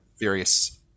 various